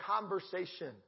conversation